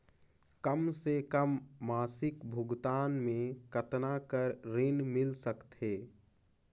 कम से कम मासिक भुगतान मे कतना कर ऋण मिल सकथे?